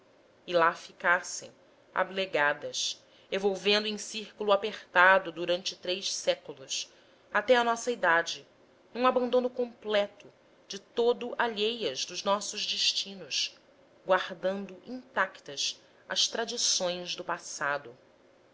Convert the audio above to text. e lá ficassem ablegadas evolvendo em círculo apertado durante três séculos até à nossa idade num abandono completo de todo alheias aos nossos destinos guardando intactas as tradições do passado